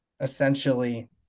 essentially